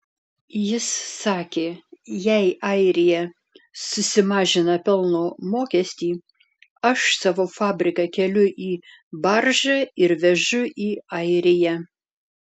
jis sakė jei airija susimažina pelno mokestį aš savo fabriką keliu į baržą ir vežu į airiją